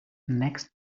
next